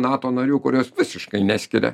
nato narių kurios visiškai neskiria